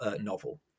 novel